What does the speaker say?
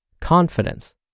confidence